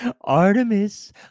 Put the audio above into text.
Artemis